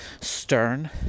stern